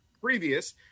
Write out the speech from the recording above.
previous